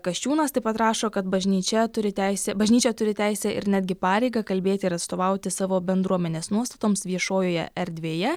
kasčiūnas taip pat rašo kad bažnyčia turi teisę bažnyčia turi teisę ir netgi pareigą kalbėti ir atstovauti savo bendruomenės nuostatoms viešojoje erdvėje